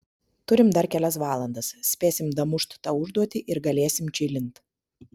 turim dar kelias valandas spėsim damušt tą užduotį ir galėsim čilint